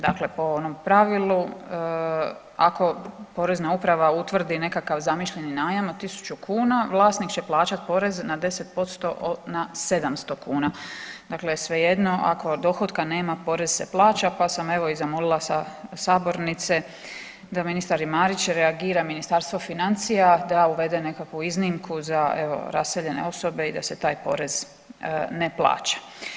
Dakle, po onom pravilu ako Porezna uprava utvrdi nekakav zamišljeni najam od 1.000 kuna vlasnik će plaćati porez na 10% na 700 kuna, dakle svejedno ako dohotka nema porez se plaća pa sam evo i zamolila sa sabornice da ministar i Marić reagira, Ministarstvo financija da uvede nekakvu iznimku za evo raseljene osobe i da se taj porez ne plaća.